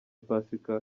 pasika